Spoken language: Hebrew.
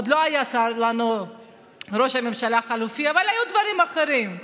עוד לא היה ראש ממשלה חלופי אבל היו דברים אחרים.